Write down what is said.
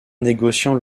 négociant